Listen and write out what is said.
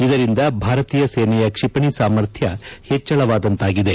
ಇದರಿಂದ ಭಾರತೀಯ ಸೇನೆಯ ಕ್ವಿಪಣಿ ಸಾಮರ್ಥ್ಯ ಹೆಚ್ಚಳವಾದಂತಾಗಿದೆ